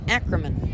Ackerman